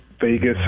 Vegas